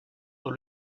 dans